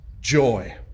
joy